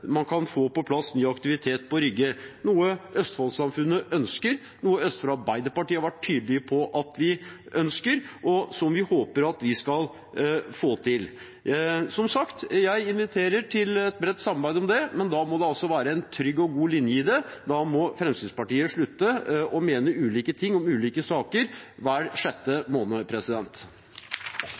ønsker, og som vi håper vi skal få til. Som sagt: Jeg inviterer til et bredt samarbeid om det, men da må det være en trygg og god linje i det, da må Fremskrittspartiet slutte å mene ulike ting om ulike saker hver sjette